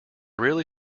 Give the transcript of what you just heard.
really